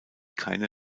keine